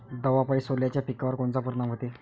दवापायी सोल्याच्या पिकावर कोनचा परिनाम व्हते?